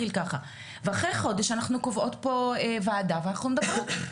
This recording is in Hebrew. ואחרי חודש אנחנו קובעות פה וועדה ואנחנו מדברות.